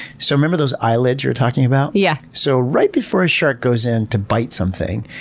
so remember those eyelids you're talking about? yeah so right before a shark goes in to bite something,